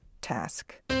task